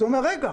זה אומר: רגע,